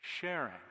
sharing